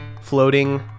floating